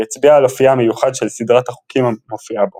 והצביע על אופייה המיוחד של סדרת החוקים המופיעה בו.